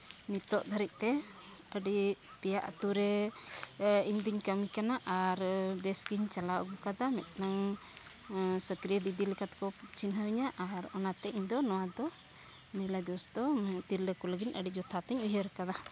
ᱱᱤᱛᱳᱜ ᱫᱷᱟᱹᱨᱤᱡᱽᱼᱛᱮ ᱟᱹᱰᱤ ᱯᱮᱭᱟ ᱟᱹᱛᱩᱨᱮ ᱤᱧᱫᱩᱧ ᱠᱟᱹᱢᱤ ᱠᱟᱱᱟ ᱟᱨ ᱵᱮᱥᱜᱤᱧ ᱪᱟᱞᱟᱣ ᱟᱹᱜᱩᱣᱟᱠᱟᱫᱟ ᱢᱤᱫᱴᱟᱝ ᱥᱚᱠᱨᱤᱭᱚ ᱫᱤᱫᱤ ᱞᱮᱠᱟᱛᱮᱠᱚ ᱪᱤᱱᱦᱟᱹᱣᱤᱧᱟᱹ ᱟᱨ ᱚᱱᱟᱛᱮ ᱤᱧᱫᱚ ᱱᱚᱣᱟ ᱫᱚ ᱢᱚᱦᱤᱞᱟ ᱫᱚᱥ ᱫᱚ ᱛᱤᱨᱞᱟᱹ ᱠᱚ ᱞᱟᱹᱜᱤᱫ ᱟᱹᱰᱤ ᱡᱚᱛᱷᱟᱛᱤᱹ ᱩᱭᱦᱟᱹᱨᱟᱠᱟᱫᱟ